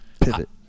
pivot